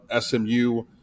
SMU